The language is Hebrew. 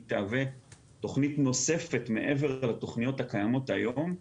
היא תהווה תכנית נוספת מעבר לתכניות הקיימות היום.